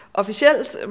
officielt